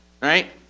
Right